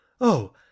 Oh